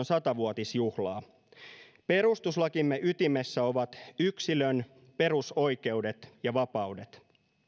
sata vuotisjuhlaa perustuslakimme ytimessä ovat yksilön perusoikeudet ja vapaudet